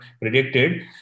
predicted